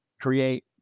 create